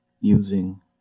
using